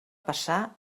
passar